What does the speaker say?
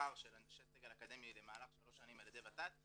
שכר של אנשי סגל אקדמי במהלך שלוש שנים על ידי ות"ת,